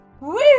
Woo